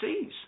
sees